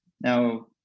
Now